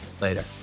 Later